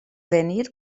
venir